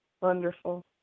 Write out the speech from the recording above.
Wonderful